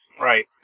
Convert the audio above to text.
right